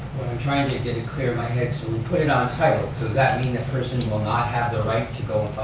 i'm trying to get it clear in my head. so we put it on title, so that means the person will not have the right to go